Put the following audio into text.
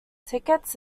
tickets